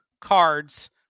cards